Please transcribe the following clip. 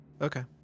Okay